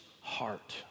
heart